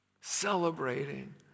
celebrating